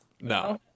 no